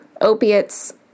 opiates